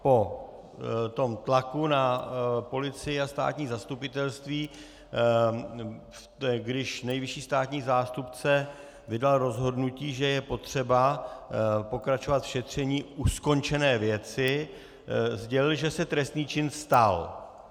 Po tlaku na policii a státní zastupitelství, když nejvyšší státní zástupce vydal rozhodnutí, že je potřeba pokračovat v šetření u skončené věci, sdělil, že se trestný čin stal.